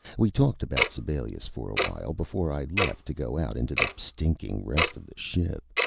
we talked about sibelius for awhile, before i left to go out into the stinking rest of the ship.